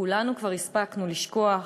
כולנו כבר הספקנו לשכוח,